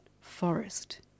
forest